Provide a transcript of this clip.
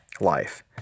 life